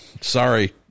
Sorry